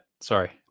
Sorry